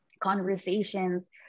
conversations